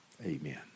amen